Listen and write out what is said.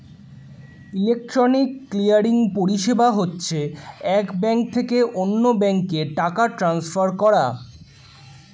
electronic clearing পরিষেবা হচ্ছে এক ব্যাঙ্ক থেকে অন্য ব্যাঙ্কে টাকা ট্রান্সফার করা